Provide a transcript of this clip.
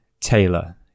Taylor